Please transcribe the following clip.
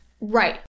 Right